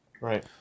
Right